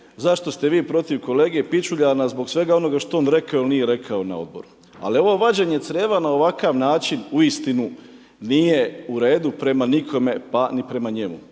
zašto ste vi protiv kolege Pičuljana zbog svega onoga što je on rekao ili nije rekao na Odboru. ali ovo vađenje crijeva na ovakav način, uistinu nije u redu, prema nikome pa ni prema njemu,